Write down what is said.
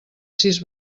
sis